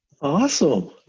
Awesome